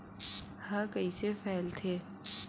ह कइसे फैलथे?